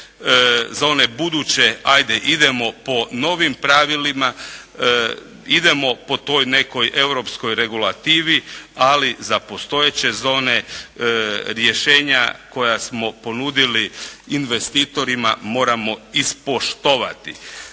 za one buduće 'ajde idemo po novim pravilima, idemo po toj nekoj europskoj regulativi, ali za postojeće zone rješenja koja smo ponudili investitorima, moramo ispoštovati.